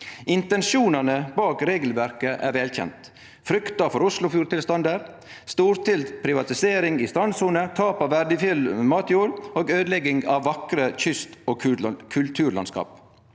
Intensjonane bak regelverket er velkjente – frykta for Oslofjord-tilstandar, storstilt privatisering i strandsone, tap av verdifull matjord og øydelegging av vakre kyst- og kulturlandskap